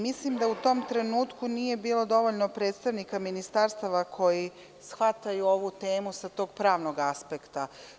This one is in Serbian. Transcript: Mislim da u tom trenutku nije bilo dovoljno predstavnika ministarstava koji shvataju ovu temu sa ovog pravnog aspekta.